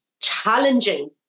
challenging